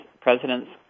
president's